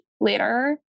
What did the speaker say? later